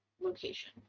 location